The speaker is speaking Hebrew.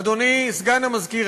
אדוני סגן המזכיר,